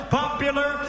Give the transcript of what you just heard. popular